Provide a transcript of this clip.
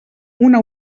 una